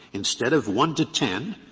instead of one to ten,